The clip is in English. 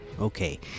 Okay